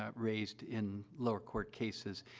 ah raised in lower court cases.